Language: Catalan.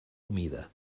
humida